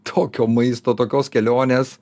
tokio maisto tokios kelionės